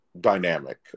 dynamic